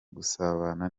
gusabana